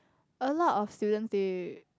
a lot of students they